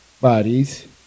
bodies